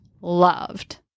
loved